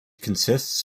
consists